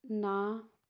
ਨਾ